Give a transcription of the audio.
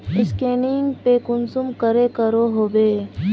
Scanning पे कुंसम करे करो होबे?